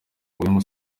wema